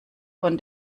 von